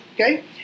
Okay